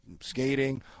skating